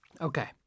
Okay